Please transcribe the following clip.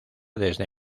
desde